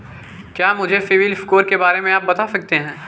क्या मुझे सिबिल स्कोर के बारे में आप बता सकते हैं?